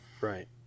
right